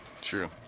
true